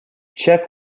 check